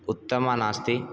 उत्तमा नास्ति